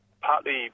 partly